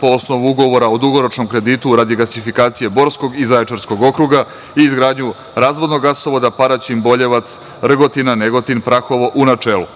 po osnovu ugovora o dugoročnom kreditu radi gasifikacije Borskog i Zaječarskog okruga i izgradnju razvodnog gasovoda Paraćin – Boljevac – Rgotina – Negotin – Prahovo, u načelu.